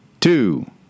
two